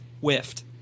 whiffed